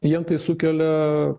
jiem tai sukelia